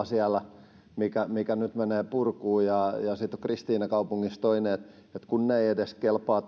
siellä kivihiilivoimala mikä nyt menee purkuun ja sitten on kristiinankaupungissa toinen ja ne eivät kelpaa